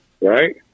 right